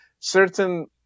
Certain